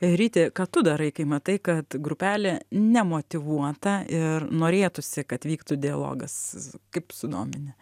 ryti ką tu darai kai matai kad grupelė nemotyvuota ir norėtųsi kad vyktų dialogas kaip sudomini